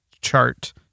chart